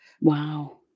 Wow